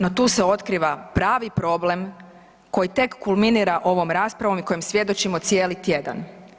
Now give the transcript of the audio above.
No tu se otkriva pravi problem koji tek kulminira ovom raspravom i kojem svjedočimo cijeli tjedan.